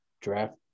draft